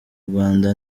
rwanda